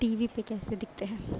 T V پہ کیسے دکھتے ہیں